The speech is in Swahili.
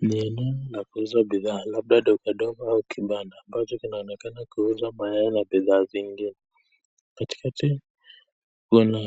Nanunua na kuuza bidhaa labda ndogo ndogo au kibanda ambacho kinaonekana kuuza mayai na bidhaa zingine. Katikati kuna